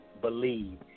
Believe